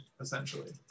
essentially